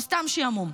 או סתם שעמום.